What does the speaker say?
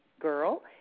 Girl